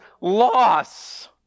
loss